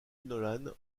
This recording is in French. nolan